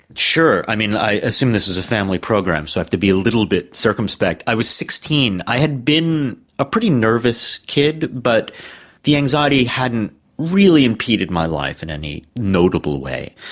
sure i mean, i assume this is a family program so i have to be a little bit circumspect. i was sixteen. i had been a pretty nervous kid but the anxiety hadn't really impeded my life in any notable way.